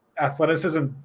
athleticism